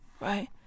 right